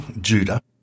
Judah